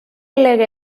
lege